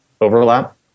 overlap